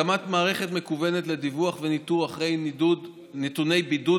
הקמת מערכת מקוונת לדיווח וניתוח נתוני בידוד